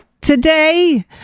today